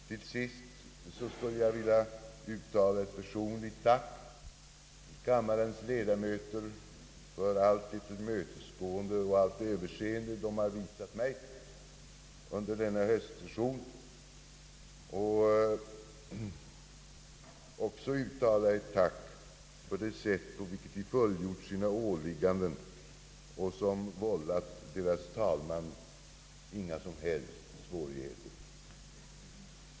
Till sist skulle jag vilja uttala ett personligt tack till kammarens ledamöter för allt det tillmötesgående och det överseende de har visat mig under denna höstsession. Jag vill även uttala ett tack för det sätt på vilket de fullgjort sina åligganden, varigenom de inte vållat sin talman några som helst svårigheter.